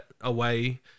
away